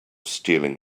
stealing